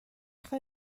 خوای